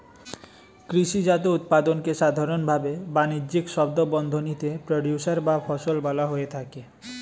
কৃষিজাত উৎপাদনকে সাধারনভাবে বানিজ্যিক শব্দবন্ধনীতে প্রোডিউসর বা ফসল বলা হয়ে থাকে